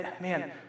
man